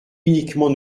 uniquement